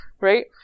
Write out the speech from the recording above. right